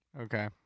Okay